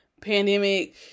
Pandemic